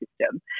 system